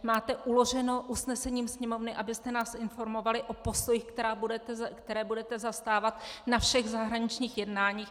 Máte uloženo usnesením Sněmovny, abyste nás informovali o postojích, které budete zastávat na všech zahraničních jednáních.